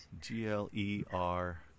G-L-E-R